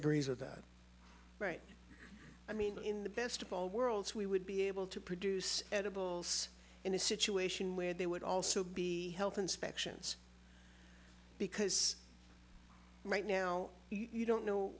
disagrees with that right i mean in the best of all worlds we would be able to produce edibles in a situation where they would also be health inspections because right now you don't know